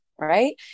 Right